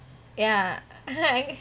ya